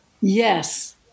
Yes